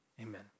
Amen